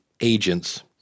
agents